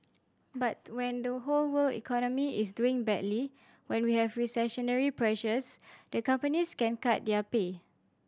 but when the whole world economy is doing badly when we have recessionary pressures the companies can cut their pay